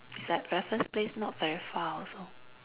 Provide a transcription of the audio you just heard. it's at Raffles Place not very far also